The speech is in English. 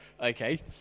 okay